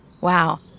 Wow